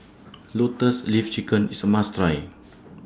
Lotus Leaf Chicken IS A must Try